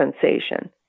sensation